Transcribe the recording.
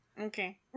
Okay